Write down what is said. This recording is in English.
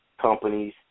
companies